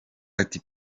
ati